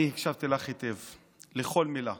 אני הקשבתי לך היטב לכל מילה.